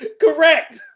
Correct